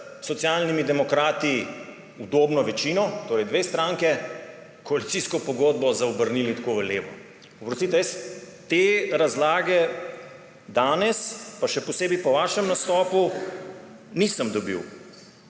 s Socialnimi demokrati udobno večino, torej dve stranki, koalicijsko pogodbo zaobrnili tako v levo. Oprostite jaz te razlage danes, pa še posebej po vašem nastopu, nisem dobil.